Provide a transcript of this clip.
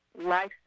life